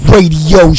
Radio